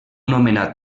nomenat